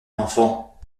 enfant